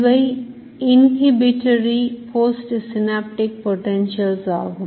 இவை inhibitory postsynaptic potentials ஆகும்